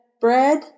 bread